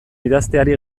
idazteari